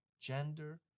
gender